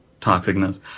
toxicness